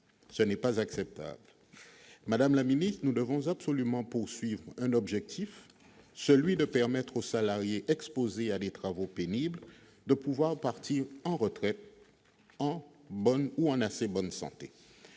Ce n'est pas acceptable. Madame la ministre, nous devons absolument nous fixer pour un objectif de permettre aux salariés exposés à des travaux pénibles de partir en retraite en bonne ou assez bonne santé